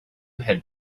had